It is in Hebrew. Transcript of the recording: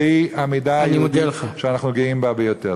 שהיא המידה היהודית שאנחנו גאים בה ביותר?